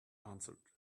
answered